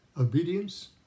Obedience